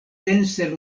dense